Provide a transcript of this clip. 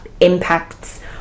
impacts